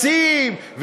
ליועצים,